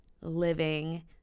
living